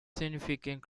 significant